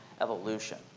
evolution